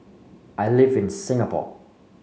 I live in Singapore